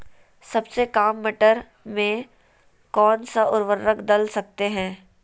सबसे काम मटर में कौन सा ऊर्वरक दल सकते हैं?